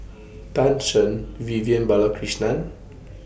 Tan Shen Vivian Balakrishnan